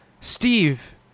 Steve